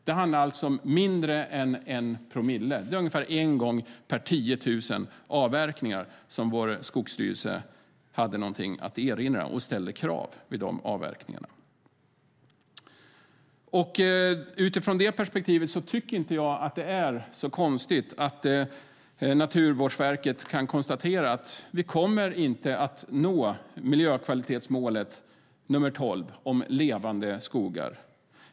Det handlar alltså om mindre än en promille - ungefär en gång per tiotusen avverkningar hade vår skogsstyrelse någonting att erinra och ställde krav. Utifrån det perspektivet tycker jag inte att det är så konstigt att Naturvårdsverket kan konstatera att vi inte kommer att nå miljökvalitetsmål nr 12 Levande skogar.